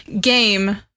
game